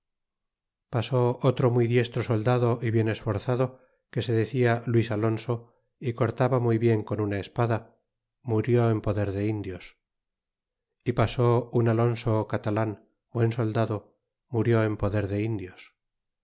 pasó otro muy diestro soldado ó bien esforzado que se decía luis alonso é cortaba muy bien con una espada murió en poder de indios e pasó un alonso catalan buen soldado murió en poder de indios